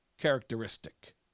characteristic